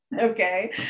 Okay